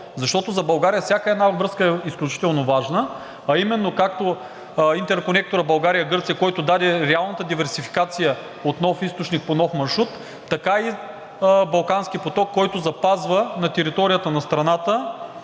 Защото за България всяка една връзка е изключително важна, а именно както интерконекторът България – Гърция, който даде реалната диверсификация от нов източник по нов маршрут, така и Балкански поток, който запазва на територията на страната